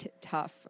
tough